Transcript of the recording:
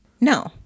No